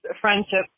friendship